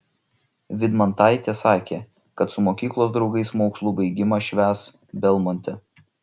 vydmantaitė sakė kad su mokyklos draugais mokslų baigimą švęs belmonte